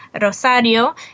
Rosario